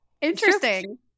Interesting